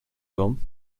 gum